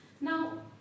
Now